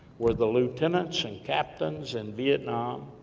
were the lieutenants, and captains, in vietnam,